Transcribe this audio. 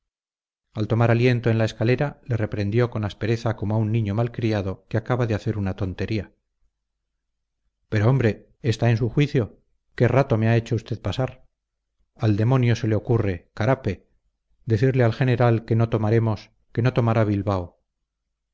al tomar aliento en la escalera le reprendió con aspereza como a un niño mal criado que acaba de hacer una tontería pero hombre está en su juicio qué rato me ha hecho usted pasar al demonio se le ocurre carape decirle al general que no tomaremos que no tomará a bilbao